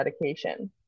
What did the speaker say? medication